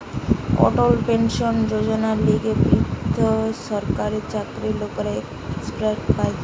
অটল pension যোজনার লিগে বৃদ্ধ সরকারি চাকরির লোকরা এপ্লাই করে